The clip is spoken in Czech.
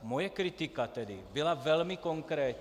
Moje kritika tedy byla velmi konkrétní.